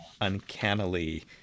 uncannily